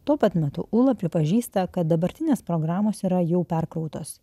tuo pat metu ūla pripažįsta kad dabartinės programos yra jau perkrautos